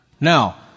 Now